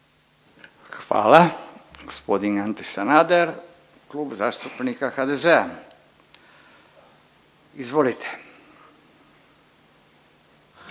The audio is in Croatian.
Hvala. G. Ante Sanader, Klub zastupnika HDZ-a. Izvolite.